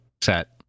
set